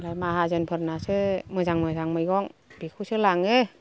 मालाय माहाजोनफोरनासो मोजां मोजां मैगं बिखौसो लांङो